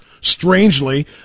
strangely